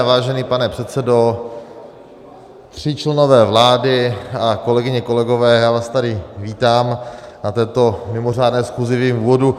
Vážený pane předsedo, tři členové vlády, kolegyně kolegové, já vás tady vítám na této mimořádné schůzi v jejím úvodu.